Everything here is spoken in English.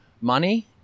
money